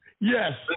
Yes